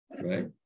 right